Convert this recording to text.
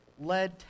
lead